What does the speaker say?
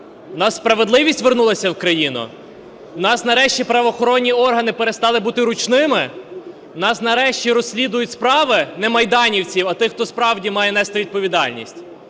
У нас справедливість вернулася в країну? У нас нарешті правоохоронні органи перестали бути ручними? У нас нарешті розслідують справи не майданівців, а тих, хто справді має нести відповідальність?